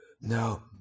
No